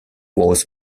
was